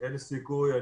אין סיכוי.